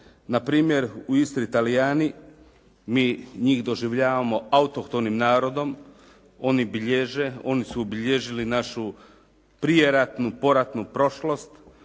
Npr. u Istri Talijani mi njih doživljavamo autohtonim narodom, oni bilježe, oni su obilježili našu prijeratnu, poratnu prošlost.